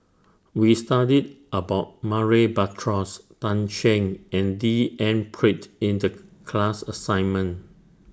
We studied about Murray Buttrose Tan Shen and D N Pritt in The class assignment